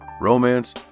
romance